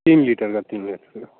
तीन लीटर का तीनों